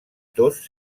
tos